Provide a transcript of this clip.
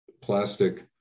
plastic